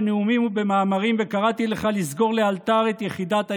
בנאומים ובמאמרים וקראתי לך לסגור לאלתר את יחידת היוהל"ם.